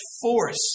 force